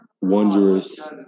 wondrous